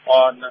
on